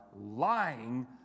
lying